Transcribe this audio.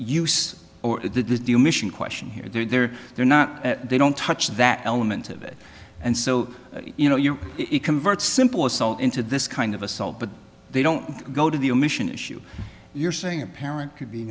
use or the mission question here they're there they're not they don't touch that element of it and so you know you it convert simple assault into this kind of assault but they don't go to the omission issue you're saying a parent could be